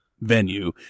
venue